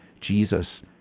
Jesus